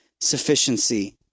sufficiency